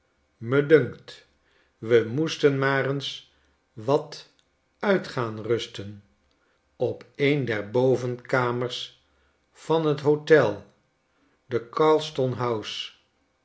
medunkt we moesten maar eens wat uit gaan rusten op een der bovenkamers van t hotel the carlton house